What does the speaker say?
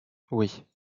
oui